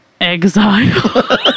Exile